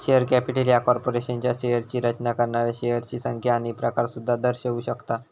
share capital ह्या कॉर्पोरेशनच्या शेअर्सची रचना करणाऱ्या शेअर्सची संख्या आणि प्रकार सुद्धा दर्शवू शकता